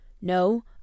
No